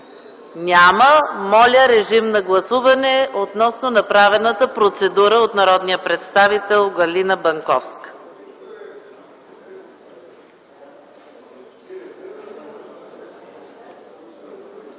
Няма. Моля, гласувайте относно направената процедура от народния представител Галина Банковска.